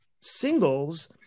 singles